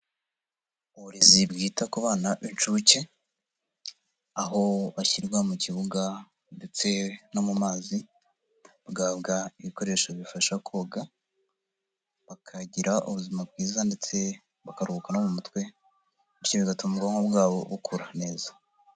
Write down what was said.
Uburezi bwita ku bana b'inshuke. Aho bashyirwa mu kibuga ndetse no mu mazi, bagahabwa ibikoresho bifasha koga, bakagira ubuzima bwiza ndetse bakaruhuka no mu mutwe, bityo bigatuma ubwonko bwabo bukura neza.